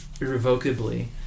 irrevocably